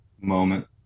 moment